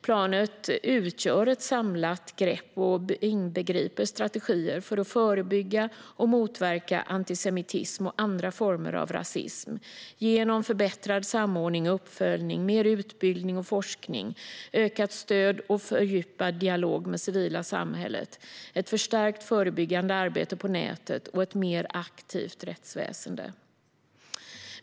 Planen utgör ett samlat grepp och inbegriper strategier för att förebygga och motverka antisemitism och andra former av rasism genom förbättrad samordning och uppföljning, mer utbildning och forskning, ökat stöd till och fördjupad dialog med civila samhället, ett förstärkt förebyggande arbete på nätet och ett mer aktivt rättsväsende.